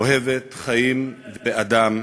אוהבת חיים ואדם,